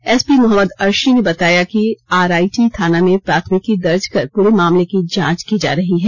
SP Mohammad Arshi ने बताया कि आरआईटी थाना में प्राथमिकी दर्ज कर पूरे मामले की जांच की जा रही है